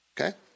Okay